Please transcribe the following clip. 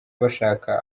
bashaka